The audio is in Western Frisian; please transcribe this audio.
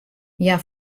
hja